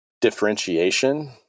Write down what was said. differentiation